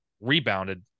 rebounded